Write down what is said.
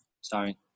Sorry